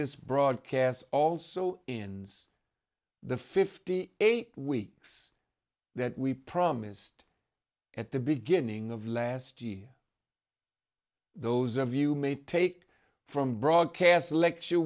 this broadcast also in the fifty eight weeks that we promised at the beginning of last year those of you may take from broadcast